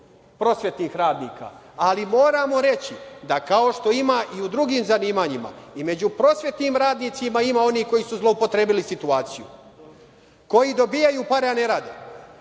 prosvetnih radnika, ali moramo reći, da kao što ima i u drugim zanimanjima, i među prosvetnim radnicima ima onih koji su zloupotrebili situaciju, koji dobijaju pare, a ne rade,